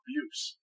abuse